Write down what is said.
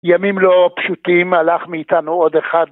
ימים לא פשוטים, הלך מאיתנו עוד אחד.